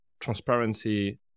transparency